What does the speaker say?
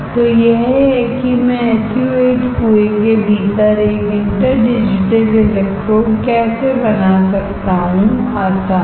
तो यह है कि मैं SU 8 कुएं के भीतर एक इंटर डिजिटेड इलेक्ट्रोड कैसे बना सकता हूं आसान